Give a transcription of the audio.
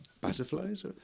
butterflies